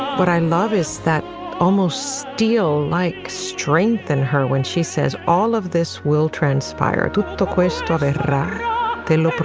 but i love is that almost steel like strength in her when she says all of this will transpire to the quest of it i and